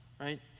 right